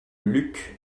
luc